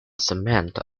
cement